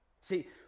See